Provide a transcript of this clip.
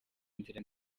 inzira